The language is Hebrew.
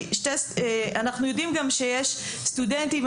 אנחנו יודעים גם שיש סטודנטים,